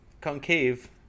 concave